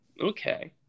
Okay